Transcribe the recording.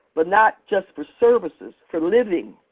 but not just for services. for living.